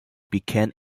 became